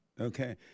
Okay